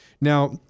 Now